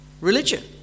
religion